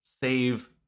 save